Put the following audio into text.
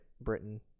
Britain